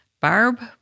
Barb